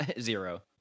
zero